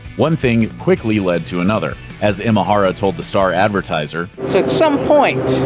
one thing quickly led to another. as imahara told the star-advertiser, so at some point,